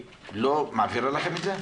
לא מעבירה לכם את זה?